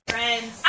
Friends